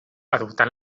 adoptant